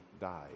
died